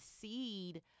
seed